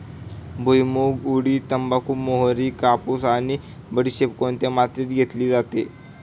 भुईमूग, उडीद, तंबाखू, मोहरी, कापूस आणि बडीशेप कोणत्या मातीत घेतली जाते?